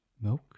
milk